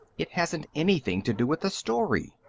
it hasn't anything to do with the story,